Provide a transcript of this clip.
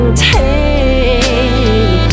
take